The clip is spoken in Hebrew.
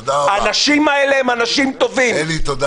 האנשים האלה הם אנשים טובים -- תודה רבה.